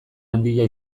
handia